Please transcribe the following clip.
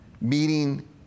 meeting